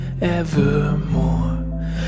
evermore